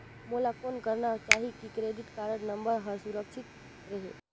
मोला कौन करना चाही की क्रेडिट कारड नम्बर हर सुरक्षित रहे?